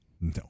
No